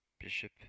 Bishop